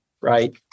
right